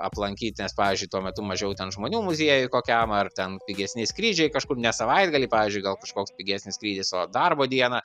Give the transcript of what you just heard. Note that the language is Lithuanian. aplankyt nes pavyzdžiui tuo metu mažiau ten žmonių muziejuj kokiam ar ten pigesni skrydžiai kažkur ne savaitgalį pavyzdžiui gal kažkoks pigesnis skrydis o darbo dieną